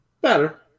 Better